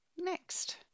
next